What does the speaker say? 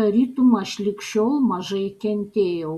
tarytum aš lig šiol mažai kentėjau